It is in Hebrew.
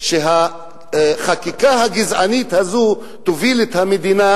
והחקיקה הגזענית הזאת תוביל את המדינה